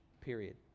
Period